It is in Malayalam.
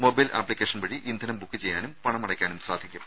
മൊബൈൽ ആപ്പിക്കേഷൻ വഴി ഇന്ധനം ബുക്ക് ചെയ്യാനും പണമടയ്ക്കാനും സാധിക്കും